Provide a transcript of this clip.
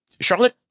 Charlotte